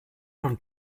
von